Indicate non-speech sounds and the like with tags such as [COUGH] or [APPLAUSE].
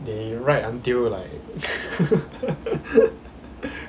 they write until like [LAUGHS]